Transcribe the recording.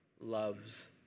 loves